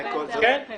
כן.